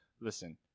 Listen